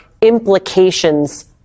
implications